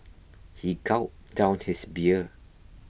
he gulped down his beer